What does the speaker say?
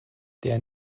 der